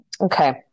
Okay